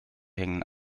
hängen